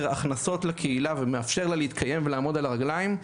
הכנסות לקהילה ומאפשר לה להתקיים ולעמוד על הרגליים,